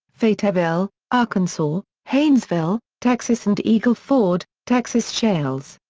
fayetteville, arkansas, haynesville, texas and eagle ford, texas shales.